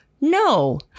No